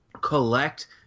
Collect